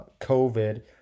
COVID